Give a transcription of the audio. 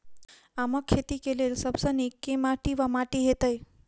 आमक खेती केँ लेल सब सऽ नीक केँ माटि वा माटि हेतै?